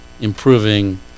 improving